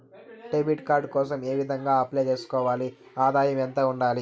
Debit card కోసం ఏ విధంగా అప్లై సేసుకోవాలి? ఆదాయం ఎంత ఉండాలి?